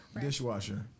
Dishwasher